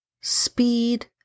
speed